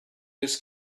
this